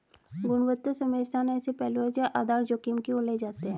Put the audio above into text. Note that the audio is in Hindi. गुणवत्ता समय स्थान ऐसे पहलू हैं जो आधार जोखिम की ओर ले जाते हैं